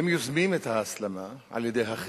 הם יוזמים את ההסלמה, על-ידי החיסול,